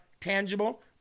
tangible